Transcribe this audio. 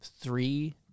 three